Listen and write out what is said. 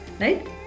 Right